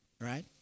right